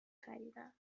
خریدم